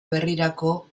berrirako